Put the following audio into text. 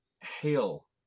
hail